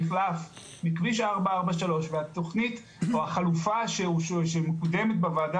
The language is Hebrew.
המחלף מכביש 443 והתכנית או החלופה שמקודמת בוועדה